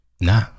Nah